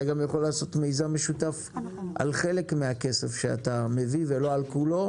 אתה גם יכול לעשות מיזם משותף על חלק מהכסף שאתה מביא ולא על כולו.